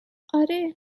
آره